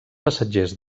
passatgers